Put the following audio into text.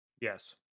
Yes